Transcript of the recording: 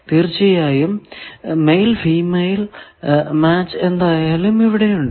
തീർച്ചയായും male female match എന്തായാലും ഇവിടെയുണ്ട്